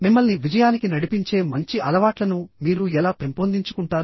మిమ్మల్ని విజయానికి నడిపించే మంచి అలవాట్లను మీరు ఎలా పెంపొందించుకుంటారు